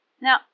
Now